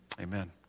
Amen